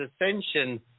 ascension